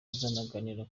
bazanaganira